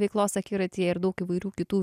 veiklos akiratyje ir daug įvairių kitų